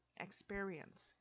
experience